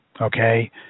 Okay